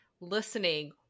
listening